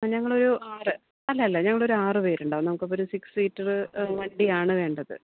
ഞങ്ങളൊരു ആറ് അല്ലല്ല ഞങ്ങളൊരാറ് പേരുണ്ടാവും നമുക്ക് അപ്പം ഒരു സിക്സ് സീറ്റർ വണ്ടിയാണ് വേണ്ടത്